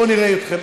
בואו נראה אתכם.